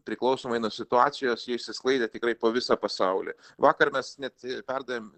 priklausomai nuo situacijos jie išsisklaidė tikrai po visą pasaulį vakar mes net perdavėm